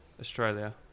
Australia